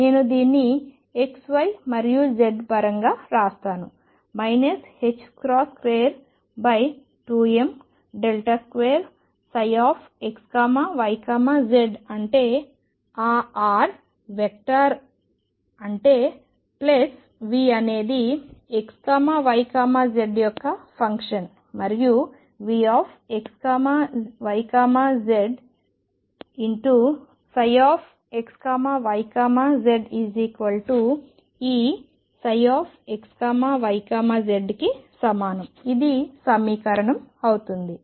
నేను దీన్ని xy మరియు z పరంగా కూడా వ్రాస్తాను 22m2ψxyz అంటే ఆ r వెక్టర్ అంటే ప్లస్ V అనేది xyz యొక్క ఫంక్షన్ మరియు Vxyzψxyz E ψxyz కి సమానం ఇది సమీకరణం అవుతుంది